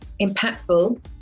impactful